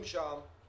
מסורים שעובדים שם,